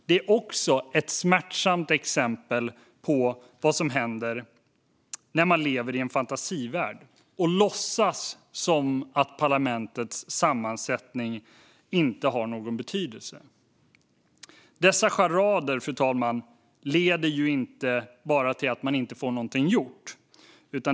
Det är också ett smärtsamt exempel på vad som händer när man lever i en fantasivärld och låtsas som om parlamentets sammansättning inte har någon betydelse. Dessa charader, fru talman, leder inte bara till att man inte får någonting gjort.